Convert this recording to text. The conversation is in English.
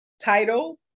title